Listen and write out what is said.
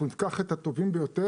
אנחנו ניקח את הטובים ביותר.